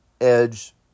Edge